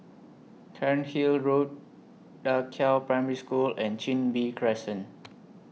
Cairnhill Road DA Qiao Primary School and Chin Bee Crescent